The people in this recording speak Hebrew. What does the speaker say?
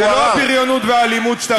זו לא הבריונות והאלימות שאתה רגיל.